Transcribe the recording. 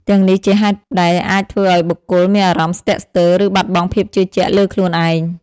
ទាំងនេះជាហេតុដែលអាចធ្វើឱ្យបុគ្គលមានអារម្មណ៍ស្ទាក់ស្ទើរ ឬបាត់បង់ភាពជឿជាក់លើខ្លួនឯង។